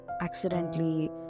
accidentally